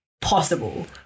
possible